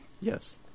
Yes